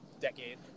decade